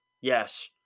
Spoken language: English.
Yes